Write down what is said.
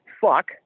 fuck